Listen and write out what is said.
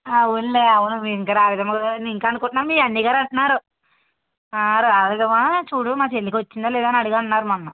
అవునులే అవును ఇంకా రాలేదేమో కదా అని ఇంకా అనుకుంటున్నాం మీ అన్నయ్య గారు అంటున్నారు రాలేదమ్మా చూడు మా చెల్లికి వచ్చిందా లేదా అని అడిగాడు నాకు మొన్న